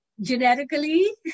genetically